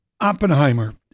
Oppenheimer